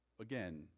again